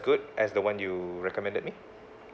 good as the [one] you recommended me